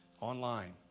online